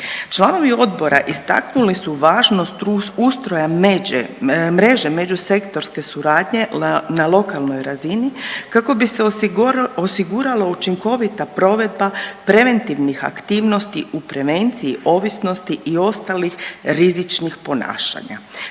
Članovi odbora istaknuli su važnost ustroja međe, mreže međusektorske suradnje na lokalnoj razini kako bi se osigurala učinkovita provedba preventivnih aktivnosti u prevenciji ovisnosti i ostalih rizičnih ponašanja.